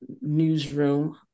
newsroom